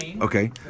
Okay